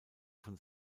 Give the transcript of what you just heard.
von